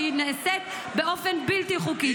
והיא נעשית באופן בלתי חוקי.